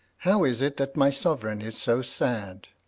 how is it that my sovereign is so sad?